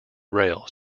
rails